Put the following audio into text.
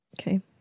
Okay